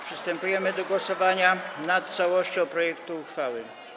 Przystępujemy do głosowania nad całością projektu uchwały.